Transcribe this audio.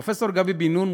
פרופסור גבי בן נון,